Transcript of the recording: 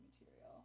material